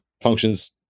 functions